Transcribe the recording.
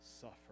suffer